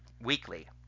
weekly